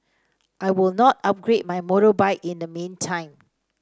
I will not upgrade my motorbike in the meantime